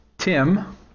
Tim